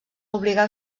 obligar